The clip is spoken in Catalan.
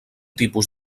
tipus